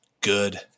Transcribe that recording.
good